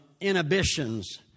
inhibitions